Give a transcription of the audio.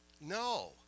No